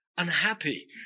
Unhappy